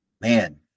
man